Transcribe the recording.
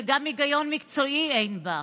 וגם היגיון מקצועי אין בה.